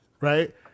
right